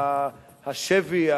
השבי,